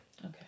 Okay